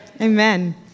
amen